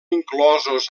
inclosos